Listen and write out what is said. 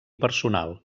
personal